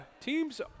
teams